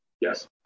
Yes